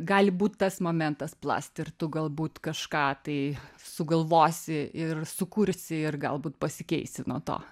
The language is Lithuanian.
gali būt tas momentas plast ir tu galbūt kažką tai sugalvosi ir sukursi ir galbūt pasikeisi nuo to